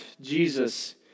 Jesus